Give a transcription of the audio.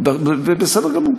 זה בסדר גמור.